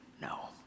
no